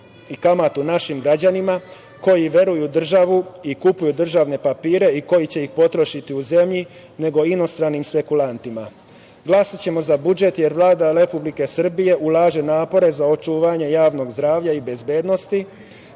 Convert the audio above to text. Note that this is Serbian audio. i kamatu našim građanima koji veruju u državu i kupuju državne papire i koji će ih potrošiti u zemlji, nego inostranim špekulantima. Glasaćemo za budžet, jer Vlada Republike Srbije ulaže napore za očuvanje javnog zdravlja i bezbednosti,